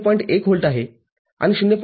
१ volt असेल आणि ०